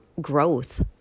growth